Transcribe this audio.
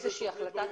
החלטות